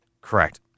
Correct